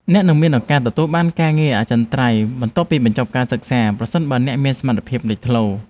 អ្នកនឹងមានឱកាសទទួលបានការងារអចិន្ត្រៃយ៍បន្ទាប់ពីបញ្ចប់ការសិក្សាប្រសិនបើអ្នកមានសមត្ថភាពលេចធ្លោ។